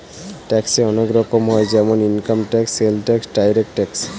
ট্যাক্সে অনেক রকম হয় যেমন income tax, sales tax, direct tax